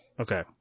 Okay